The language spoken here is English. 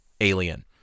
alien